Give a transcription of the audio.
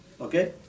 okay